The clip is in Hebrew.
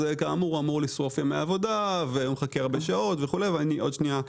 הוא אמור לשרוף ימי עבודה והוא מחכה הרבה שעות ועוד מעט אגע בדברים.